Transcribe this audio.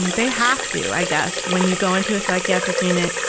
and they have to, i guess, when you go into a psychiatric unit.